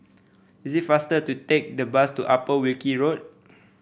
is it faster to take the bus to Upper Wilkie Road